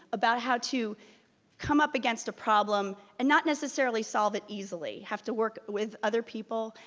about how to come up against a problem, and not necessarily solve it easily, have to work with other people,